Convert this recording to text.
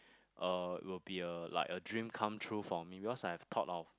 uh will be a like a dream come true for me because I have thought of